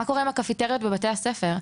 מה קורה עם הקפיטריות בבתי הספר?